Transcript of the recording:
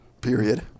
Period